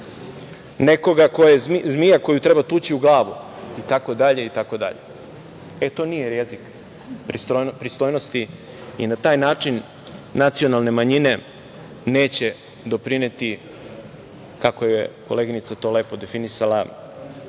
nekoga ko je zmija koju treba tući u glavu, i tako dalje. To nije jezik pristojnosti i na taj način nacionalne manjine neće doprineti, kako je koleginica to lepo definisala